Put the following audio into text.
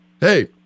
hey